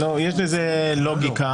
יש לזה לוגיקה,